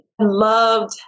loved